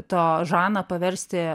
to žaną paversti